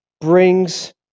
brings